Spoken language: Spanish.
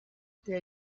que